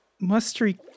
musty